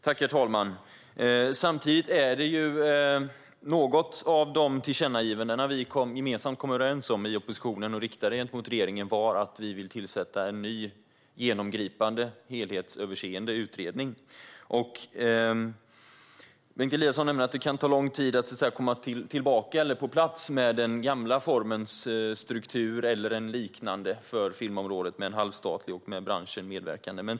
Herr talman! Samtidigt var något av de tillkännagivanden vi i oppositionen gemensamt kom överens om och riktade mot regeringen att vi vill tillsätta en ny genomgripande, helhetsöverseende utredning. Bengt Eliasson nämner att det kan ta lång tid att komma på plats med den gamla formens struktur, eller en liknande, för filmområdet - halvstatlig och med branschen medverkande.